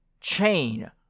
chain